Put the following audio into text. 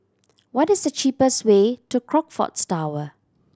what is the cheapest way to Crockfords Tower